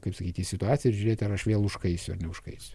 kaip sakyti į situaciją žiūrėti ar aš vėl užkaisiu ar neužkaisiu